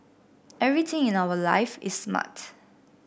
everything in our life is smart